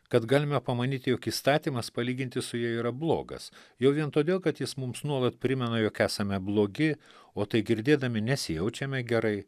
kad galime pamanyti jog įstatymas palyginti su ja yra blogas jau vien todėl kad jis mums nuolat primena jog esame blogi o tai girdėdami nesijaučiame gerai